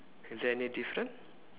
is there any different